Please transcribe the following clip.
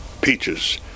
peaches